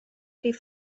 rhif